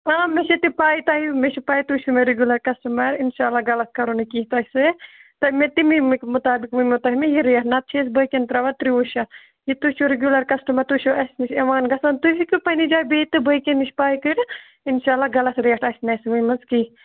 آ مےٚ چھِ تہِ پَے تۄہہِ مےٚ چھِ پَے تُہۍ چھُو مےٚ رِگیوٗلَر کَسٹَمَر اِنشاء اللہ غلط کَرو نہٕ کیٚنہہ تۄہہِ سۭتۍ تہٕ مےٚ تٔمی مُطابِق ؤںۍمو تۄہہِ مےٚ یہِ ریٹ نَتہٕ چھِ أسۍ باقِیَن ترٛاوان ترُوُہ شَتھ یہِ تُہۍ چھُو رُگیوٗلَر کَسٹَمَر تُہۍ چھُو اَسہِ نِش یِوان گژھان تُہۍ ہیٚکِو پَنٛنہِ جایہِ بیٚیہِ تہٕ باقِیَن نِش پَے کٔرِتھ اِنشاء اللہ غلط ریٹ آسہِ نہٕ اَسہِ ؤنۍمٕژ کیٚنہہ